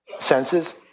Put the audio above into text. senses